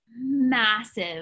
massive